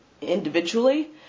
individually